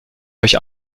durch